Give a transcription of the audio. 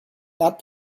not